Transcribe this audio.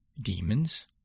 demons